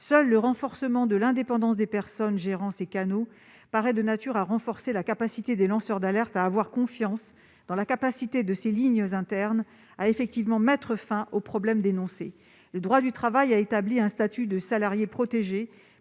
Seul le renforcement de l'indépendance des personnes gérant ces canaux paraît de nature à consolider la confiance des lanceurs d'alerte en la capacité de ces lignes internes à mettre effectivement un terme au problème dénoncé. Le droit du travail a établi un statut de salarié protégé